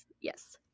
Yes